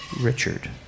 Richard